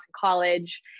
college